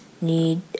need